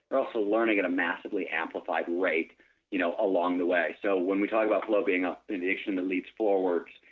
are also learning at a massively amplified rate you know along the way. so, when we talk about flow being ah in the extreme, it leads forwards,